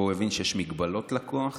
שבו הוא יבין שיש מגבלות לכוח